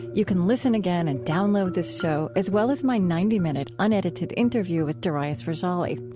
you can listen again and download this show, as well as my ninety minute unedited interview with darius rejali.